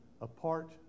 apart